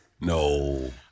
no